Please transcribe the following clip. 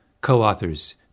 co-authors